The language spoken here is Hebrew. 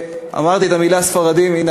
אמרתי את המילה "ספרדים"; הנה,